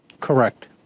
Correct